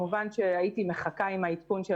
הייתי מחכה עם העדכון.